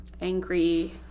angry